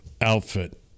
outfit